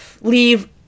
leave